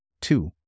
Two